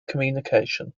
communication